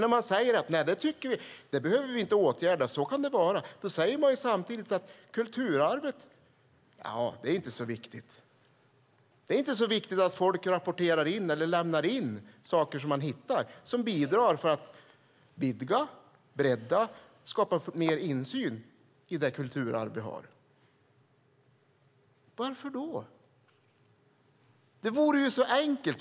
När man säger att man inte behöver åtgärda detta utan att det kan vara så här säger man ju samtidigt att kulturarvet inte är så viktigt. Det är alltså inte så viktigt att folk rapporterar eller lämnar in saker som de hittar och som bidrar till att vidga, bredda och skapa mer insyn i det kulturarv vi har. Varför då? Det vore ju så enkelt.